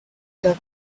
luck